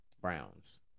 Browns